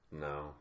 No